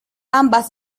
ambas